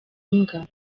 imbwa